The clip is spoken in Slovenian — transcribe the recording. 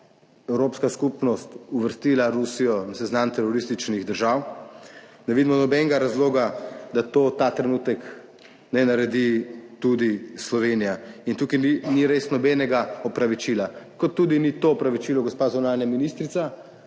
Evropska skupnost uvrstila Rusijo na seznam terorističnih držav - ne vidimo nobenega razloga, da to ta trenutek ne naredi tudi Slovenija. In tukaj ni res nobenega opravičila, kot tudi ni to opravičilo, gospa zunanja ministrica,